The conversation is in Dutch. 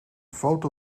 foto